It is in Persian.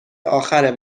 آخر